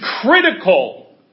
critical